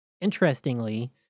interestingly